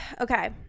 okay